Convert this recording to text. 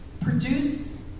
Produce